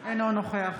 אינו נוכח